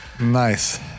nice